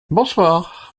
bonsoir